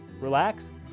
relax